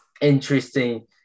interesting